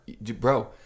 bro